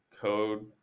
code